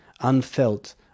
unfelt